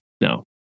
no